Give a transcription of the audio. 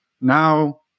now